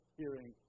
hearing